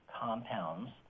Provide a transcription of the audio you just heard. compounds